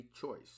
choice